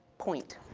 point.